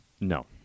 no